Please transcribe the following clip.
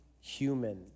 human